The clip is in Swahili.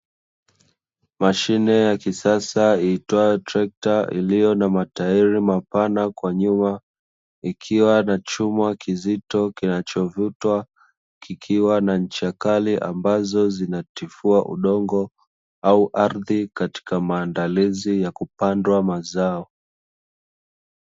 Mashine ya kisasa iitwayo trekta iliyo na matairi mapana kwa nyuma, ikiwa na chuma kizito kinachovutwa kikiwa na ncha kali ambazo zinatifua udongo au ardhi katika maandalizi ya kupandwa mazao.